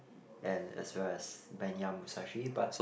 and as well as Menya-Musashi but